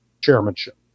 chairmanship